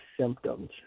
symptoms